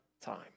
time